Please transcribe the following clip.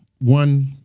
one